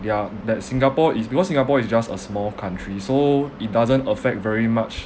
ya that singapore is because singapore is just a small country so it doesn't affect very much